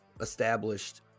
established